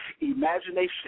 Imagination